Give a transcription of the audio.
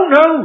no